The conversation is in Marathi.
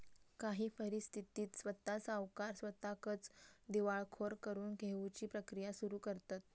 काही परिस्थितीत स्वता सावकार स्वताकच दिवाळखोर करून घेउची प्रक्रिया सुरू करतंत